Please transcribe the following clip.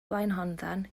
blaenhonddan